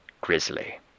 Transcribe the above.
Grizzly